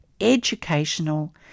educational